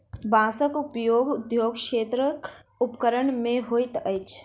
बांसक उपयोग उद्योग क्षेत्रक उपकरण मे होइत अछि